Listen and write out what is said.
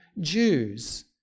Jews